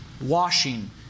washing